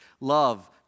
love